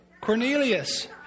Cornelius